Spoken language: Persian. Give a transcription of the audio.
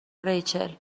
ریچل